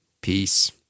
Peace